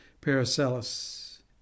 paracelsus